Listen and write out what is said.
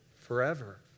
forever